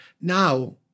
Now